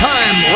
Time